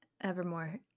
Evermore